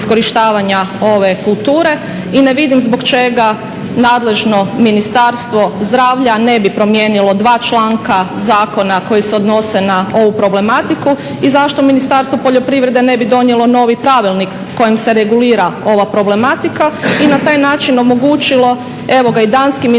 ove kulture i ne vidim zbog čega nadležno Ministarstvo zdravlja ne bi promijenilo dva članka zakona koji se odnose na ovu problematiku i zašto Ministarstvo poljoprivrede ne bi donijelo novi pravilnik kojim se regulira ova problematika i na taj omogućilo evo ga i danskim investitorima